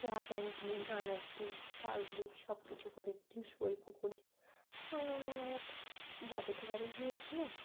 জামা প্যান্ট ধুই আনাজ ধুই চাল ধুই সবকিছু করি ওই পুকুরে আমরা আমার এক দাদাদের বাড়ি গিয়েছিলাম